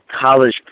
college